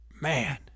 man